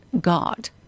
God